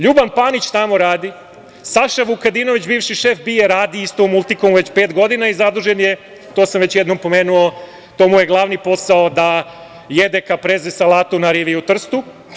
Ljuban Panić tamo radi, Saša Vukadinović bivši šef BIA radi isto u „Multikomu“ već pet godina i zadužen je, to sam već jednom pomenuo, to mu je glavni posao da jede kapreze salatu na rivi u Trstu.